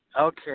Okay